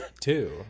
two